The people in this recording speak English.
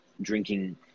drinking